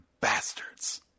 bastards